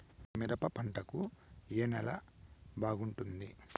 మిరప పంట కు ఏ నేల బాగుంటుంది?